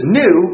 new